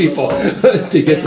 people to get